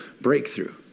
breakthrough